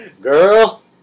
Girl